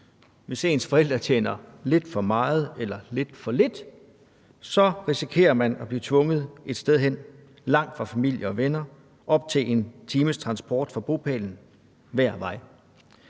Hvis ens forældre tjener lidt for meget eller lidt for lidt, risikerer man at blive tvunget et sted hen langt fra familie og venner med op til en times transport fra bopælen hver vej.